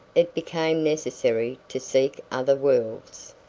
it became necessary to seek other worlds.